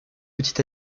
petit